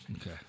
Okay